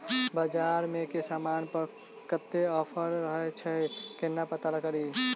बजार मे केँ समान पर कत्ते ऑफर रहय छै केना पत्ता कड़ी?